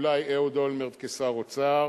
אולי אהוד אולמרט כשר אוצר,